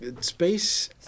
space